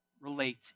relate